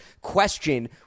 question